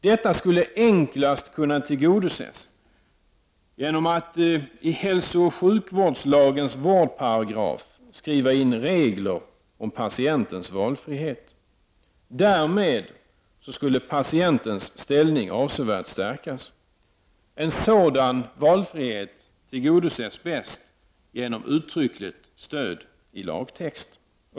Detta skulle enklast kunna tillgodoses genom att i hälsooch sjukvårdslagens vårdparagraf skriva in regler om patientens valfrihet. Därmed skulle patientens ställning avsevärt stärkas. En sådan valfrihet tillgodoses bäst genom uttryckligt stöd i lagtext.